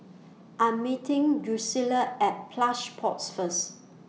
I Am meeting Drucilla At Plush Pods First